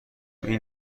این